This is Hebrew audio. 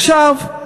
עכשיו,